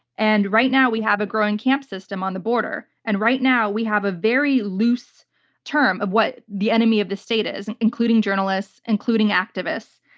and right now, we have a growing camp system on the border. and right now, we have a very loose term of what the enemy of the state is, and including journalists, including activists.